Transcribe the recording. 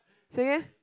say again